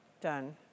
Done